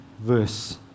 verse